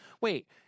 Wait